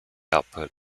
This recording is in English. output